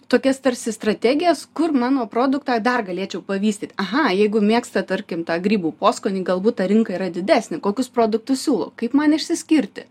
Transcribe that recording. tokias tarsi strategijas kur mano produktą dar galėčiau pavystyt aha jeigu mėgsta tarkim tą grybų poskonį galbūt ta rinka yra didesnė kokius produktus siūlo kaip man išsiskirti